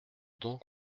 donc